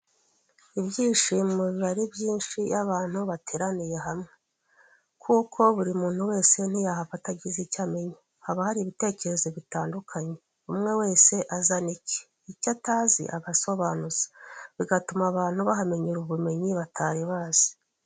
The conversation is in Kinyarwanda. Ibyishimo biba ari byinshi iyo abantu bateraniye hamwe. Kuko buri muntu wese ntiyahava atagize icyo amenya. Haba hari ibitekerezo bitandukanye umwe wese azana icye. Icyo atazi agasobanuza. bigatuma abantu bahamenyera ubumenyi batari bazi.